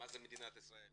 מה זה מדינת ישראל,